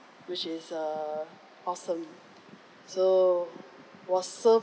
which is err awesome so was served